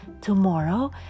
Tomorrow